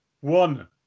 one